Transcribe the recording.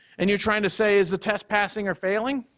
and you're trying to say is the test passing or failing.